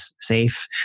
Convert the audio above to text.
safe